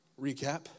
recap